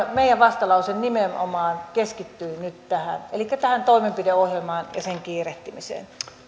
meidän vastalauseemme nimenomaan keskittyy nyt tähän toimenpideohjelmaan ja sen kiirehtimiseen